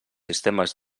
sistemes